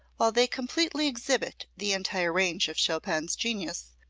while they completely exhibit the entire range of chopin's genius,